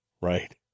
right